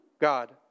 God